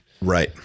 Right